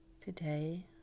today